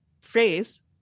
phrase